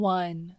one